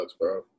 bro